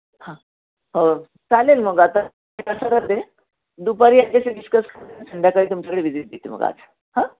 हां हो चालेल मग आता असं करते दुपारी यांच्याशी डिस्कस संध्याकाळी तुमच्याकडे विजिट देते मग आज हं